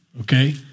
okay